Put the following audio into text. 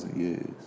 years